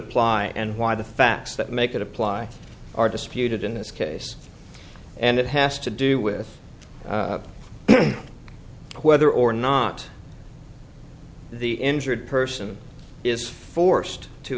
apply and why the facts that make it apply are disputed in this case and it has to do with whether or not the injured person is forced to